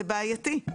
זה בעייתי.